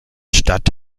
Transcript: statt